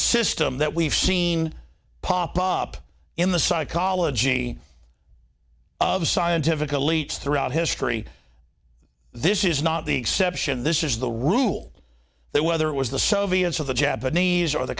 system that we've seen pop up in the psychology of scientific elites throughout history this is not the exception this is the rule that whether it was the soviets of the japanese or the